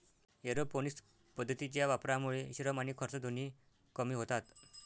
aeroponics पद्धतीच्या वापरामुळे श्रम आणि खर्च दोन्ही कमी होतात